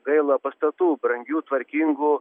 gaila pastatų brangių tvarkingų